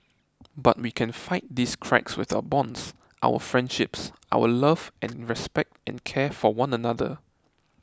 but we can fight these cracks with our bonds our friendships our love and respect and care for one another